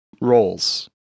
roles